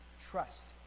trust